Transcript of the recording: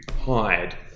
hide